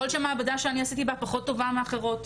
יכול להיות שהמעבדה שאני עשיתי בה פחות טובה מאחרות.